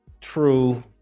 True